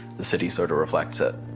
the city sort of reflects it.